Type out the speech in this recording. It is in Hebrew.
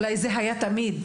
ואולי זה היה תמיד,